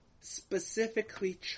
specifically